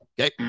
Okay